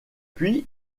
puis